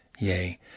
yea